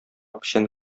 печән